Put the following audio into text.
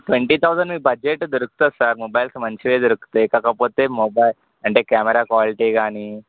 twenty thousand మీ budget దొరుకుతుంది sir mobiles మంచిగా దొరుకుతాయి కాకపోతే మొబైల్ అంటే కెమెరా క్వాలిటీ కానీ